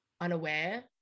unaware